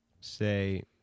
say